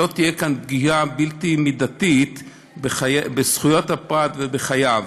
שלא תהיה כאן פגיעה בלתי מידתית בזכויות הפרט ובחייו.